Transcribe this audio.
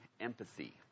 empathy